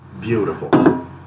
Beautiful